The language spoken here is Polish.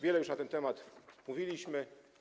Wiele już na ten temat mówiliśmy.